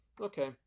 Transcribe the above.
okay